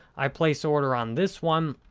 i place order on this one,